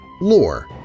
lore